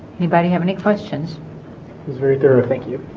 anybody have any questions very thorough thank you